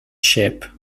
ship